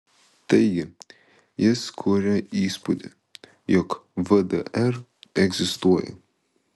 taigi jis kuria įspūdį jog vdr egzistuoja